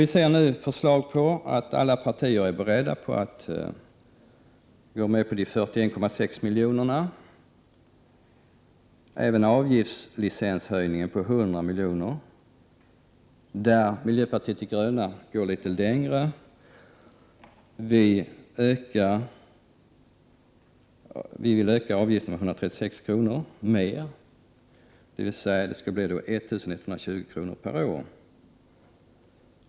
Vi ser nu förslag, som visar att alla partier är beredda att gå med på de 41,6 miljonerna, även på avgiftslicenshöjningen på 100 milj.kr., där miljöpartiet de gröna går litet längre. Vi vill öka avgiften med ytterligare 136 kr., vilket skulle innebära att avgiften skulle bli 1 120 kr. per år.